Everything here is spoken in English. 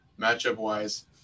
matchup-wise